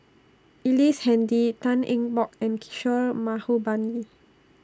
Ellice Handy Tan Eng Bock and Kishore Mahbubani